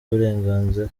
uburenganzira